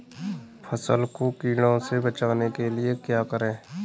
फसल को कीड़ों से बचाने के लिए क्या करें?